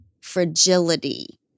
fragility